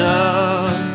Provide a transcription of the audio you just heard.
up